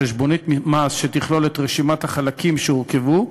חשבונית מס שתכלול את רשימת החלקים שהורכבו,